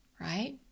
right